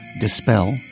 dispel